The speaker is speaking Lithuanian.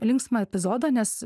linksmą epizodą nes